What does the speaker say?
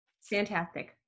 Fantastic